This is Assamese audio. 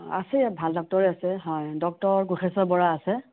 আছে ভাল ডাক্টৰে আছে হয় ডক্টৰ কোষেশ্বৰ বৰা আছে